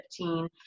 2015